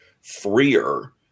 freer